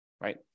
right